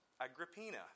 Agrippina